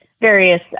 various